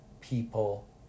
people